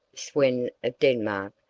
sweyn of denmark,